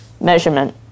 measurement